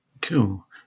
cool